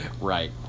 Right